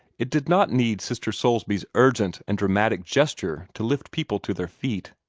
it did not need sister soulsby's urgent and dramatic gesture to lift people to their feet.